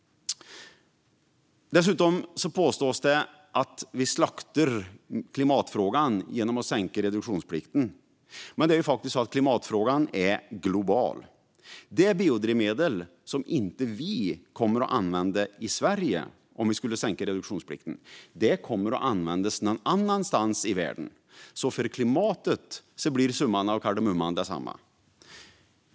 Dessutom påstås det att vi slaktar klimatfrågan genom att sänka reduktionsplikten. Men klimatfrågan är faktiskt global. Det biodrivmedel som vi inte kommer att använda i Sverige om vi skulle sänka reduktionsplikten kommer att användas någon annanstans i världen. För klimatet blir summan av kardemumman densamma.